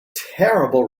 terrible